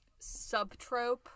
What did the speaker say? subtrope